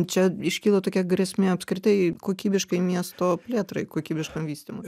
čia iškyla tokia grėsmė apskritai kokybiškai miesto plėtrai kokybiškam vystymui